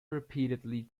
repeatedly